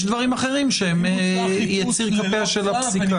יש דברים אחרים שהם יציר כפיה של הפסיקה.